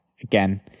again